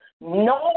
no